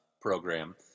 program